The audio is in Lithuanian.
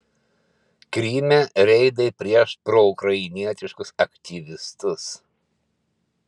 kryme reidai prieš proukrainietiškus aktyvistus